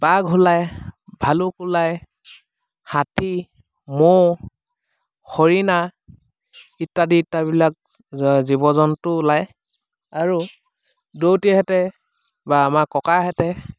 বাঘ ওলায় ভালুক ওলায় হাতী মহ হৰিণা ইত্যাদি ইত্যাবিলাক জীৱ জন্তু ওলায় আৰু দৌতিহঁতে বা আমাৰ ককাহঁতে